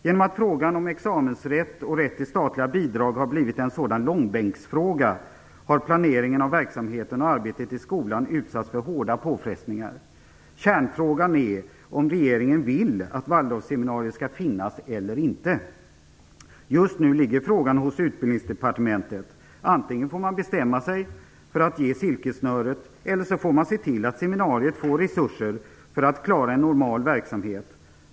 Genom att frågan om examensrätt och rätt till statliga bidrag har blivit en sådan långbänksfråga har planeringen av verksamheten och arbetet i skolan utsatts för svåra påfrestningar. Kärnfrågan är om regeringen vill att Waldorfseminariet skall finnas eller inte. Just nu ligger frågan hos Utbildningsdepartementet. Antingen får man bestämma sig för att ge silkessnöret, eller så får man se till att seminariet får resurser för att klara en normal verksamhet.